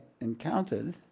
encountered